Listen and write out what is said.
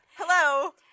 Hello